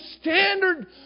standard